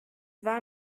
war